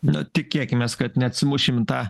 nu tikėkimės kad neatsimušim į tą